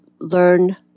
learn